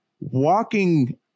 walking